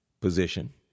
position